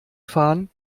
fahren